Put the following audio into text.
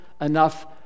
enough